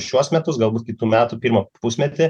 šiuos metus galbūt kitų metų pirmą pusmetį